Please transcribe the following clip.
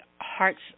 heart's